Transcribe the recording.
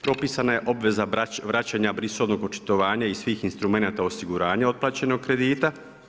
Propisana je obveza vraćanja brisovnog očitovanja i svih instrumenata osiguranja otplaćenog kredita.